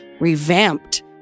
revamped